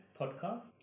podcast